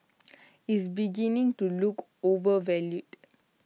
is beginning to look overvalued